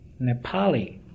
Nepali